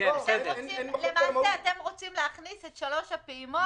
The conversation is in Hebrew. ללכת לישיבת ממשלה?